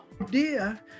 idea